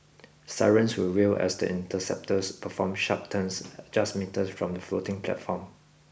sirens will wail as the interceptors perform sharp turns just metres from the floating platform